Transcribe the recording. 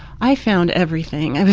i found everything.